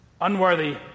unworthy